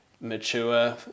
mature